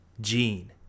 Gene